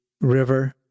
river